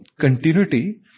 continuity